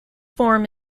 form